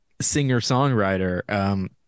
singer-songwriter